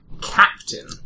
Captain